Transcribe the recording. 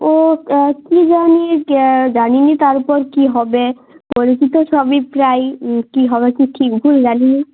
ও কী জানি জানি না তারপর কী হবে করেছি তো সবই প্রায়ই কী হবে কী ঠিক ভুল জানি না